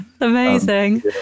amazing